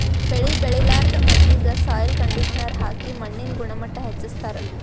ಬೆಳಿ ಬೆಳಿಲಾರ್ದ್ ಮಣ್ಣಿಗ್ ಸಾಯ್ಲ್ ಕಂಡಿಷನರ್ ಹಾಕಿ ಮಣ್ಣಿನ್ ಗುಣಮಟ್ಟ್ ಹೆಚಸ್ಸ್ತಾರ್